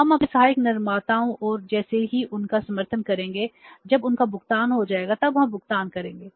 हम अपने सहायक निर्माताओं और जैसे ही उनका समर्थन करेंगे और जब उनका भुगतान हो जाएगा तब हम भुगतान करेंगे